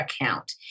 account